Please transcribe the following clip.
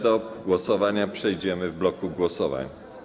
Do głosowania przejdziemy w bloku głosowań.